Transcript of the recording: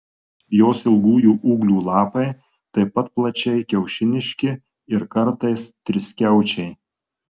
jos ilgųjų ūglių lapai taip pat plačiai kiaušiniški ir kartais triskiaučiai